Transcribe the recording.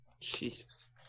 Jesus